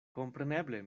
kompreneble